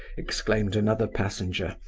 exclaimed another passenger,